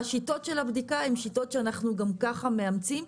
והשיטות של הבדיקה הן שיטות שאנחנו גם ככה מאמצים.